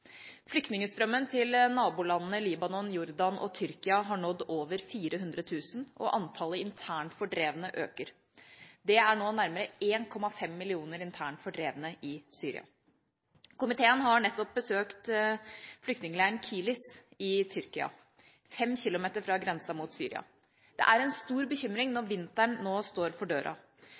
Flyktningstrømmen til nabolandene Libanon, Jordan og Tyrkia har nådd over 400 000, og antallet internt fordrevne øker. Det er nå nærmere 1,5 millioner internt fordrevne i Syria. Komiteen har nettopp besøkt flyktningleiren Kilis i Tyrkia, 5 km fra grensen mot Syria. Det er en stor bekymring, når vinteren nå står for